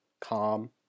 calm